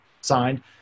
signed